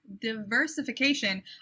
diversification